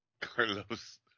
Carlos